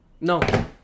no